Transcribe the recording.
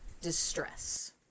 distress